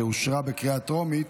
שאושרה בקריאה טרומית,